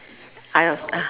I know ah